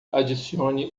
adicione